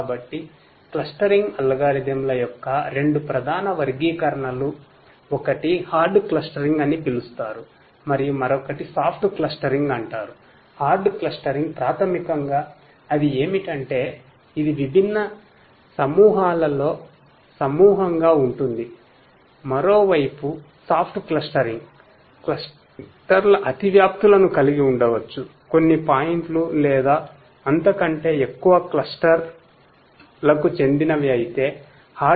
కాబట్టి క్లస్టరింగ్ లో ఇది జరగదు